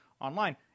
online